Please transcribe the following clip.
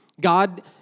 God